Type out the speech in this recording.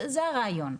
זה הרעיון.